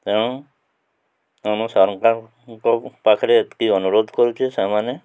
ତେଣୁ ଆମ ସରକାରଙ୍କ ପାଖରେ ଏତିକି ଅନୁରୋଧ କରୁଛେ ସେମାନେ